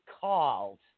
called